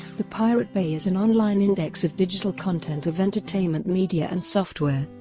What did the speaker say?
the pirate bay is an online index of digital content of entertainment media and software.